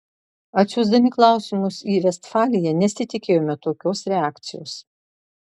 atsiųsdami klausimus į vestfaliją nesitikėjome tokios reakcijos